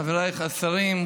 חבריי השרים,